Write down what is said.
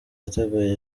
yateguye